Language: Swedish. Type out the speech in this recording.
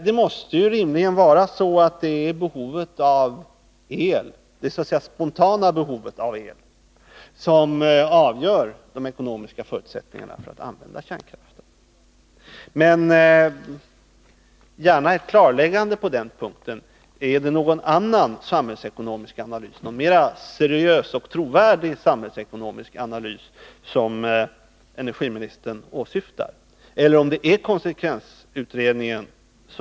Det måste rimligtvis vara det så att säga spontana behovet av el som avgör de ekonomiska förutsättningarna för att använda kärnkraften. Jag skulle gärna vilja ha ett klarläggande på den punkten. Är det någon annan samhällsekonomisk analys, någon mera seriös och trovärdig samhällsekonomisk analys, som energiministern åsyftar? Eller gäller det konsekvensutredningen?